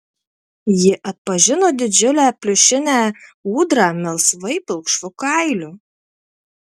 ji atpažino didžiulę pliušinę ūdrą melsvai pilkšvu kailiu